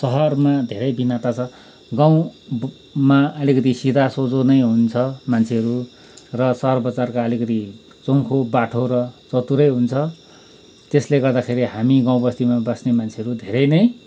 सहरमा धेरै भिन्नता छ गाँउमा अलिकति सिधा सोझो नै हुन्छ मान्छेहरू र सहर बजारका अलिकति चङ्खो बाठो र चतुरै हुन्छ त्यसले गर्दाखेरि हामी गाँउ बस्तीमा बस्ने मान्छेहरू धेरै नै